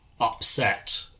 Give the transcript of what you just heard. upset